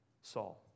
Saul